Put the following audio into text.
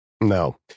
No